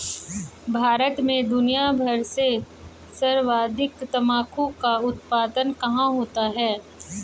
भारत और दुनिया भर में सर्वाधिक तंबाकू का उत्पादन कहां होता है?